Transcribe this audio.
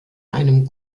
einem